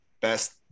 best